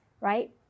right